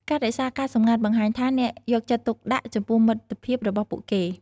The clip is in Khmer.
ការរក្សាការសម្ងាត់បង្ហាញថាអ្នកយកចិត្តទុកដាក់ចំពោះមិត្តភាពរបស់ពួកគេ។